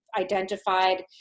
identified